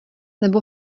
nebo